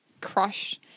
crush